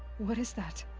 what is that?